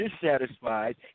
dissatisfied